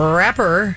rapper